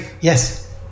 Yes